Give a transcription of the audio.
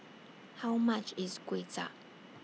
How much IS Kuay Cha